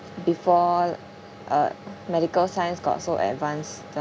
before uh medical science got so advanced